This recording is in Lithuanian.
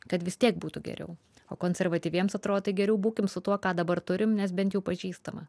kad vis tiek būtų geriau o konservatyviems atrodo tai geriau būkim su tuo ką dabar turim nes bent jau pažįstama